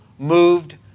Moved